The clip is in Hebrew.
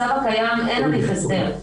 אין הליך הסדר.